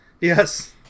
Yes